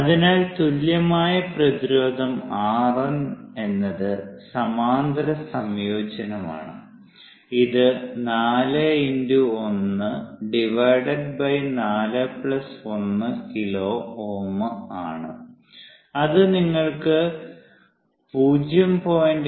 അതിനാൽ തുല്യമായ പ്രതിരോധം RN എന്നത് സമാന്തര സംയോജനമാണ് ഇത് 4 × 1 4 1 കിലോ Ω ആണ് ഇത് നിങ്ങൾക്ക് 0